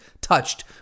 touched